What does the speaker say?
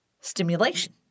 stimulation